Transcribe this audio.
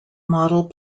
model